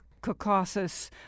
Caucasus